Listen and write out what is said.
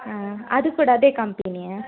ಹಾಂ ಅದು ಕೂಡ ಅದೇ ಕಂಪೆನಿಯ